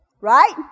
Right